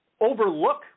overlook